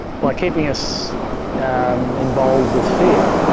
by keeping us um involved with fear,